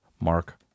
Mark